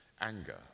anger